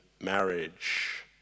marriage